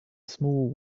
small